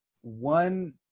one